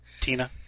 Tina